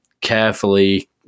carefully